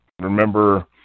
remember